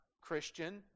Christian